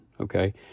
okay